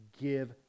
Give